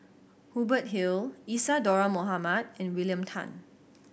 Hubert Hill Isadhora Mohamed and William Tan